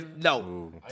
No